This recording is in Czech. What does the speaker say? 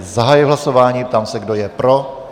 Zahajuji hlasování, ptám se, kdo je pro.